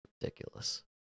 Ridiculous